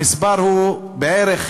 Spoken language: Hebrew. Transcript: המספר הוא בערך,